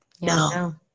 no